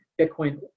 bitcoin